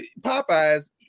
Popeyes